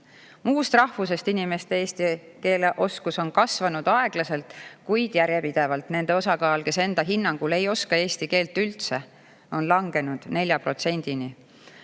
rahvusest inimeste eesti keele oskus on kasvanud aeglaselt, kuid järjepidevalt. Nende osakaal, kes enda hinnangul ei oska eesti keelt üldse, on langenud 4%‑ni.